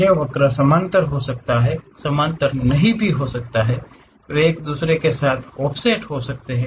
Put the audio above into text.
ये वक्र समानांतर हो सकते हैं समानांतर नहीं भी हो सकते हैं वे एक दूसरे के साथ भी ऑफसेट हो सकते हैं